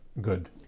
good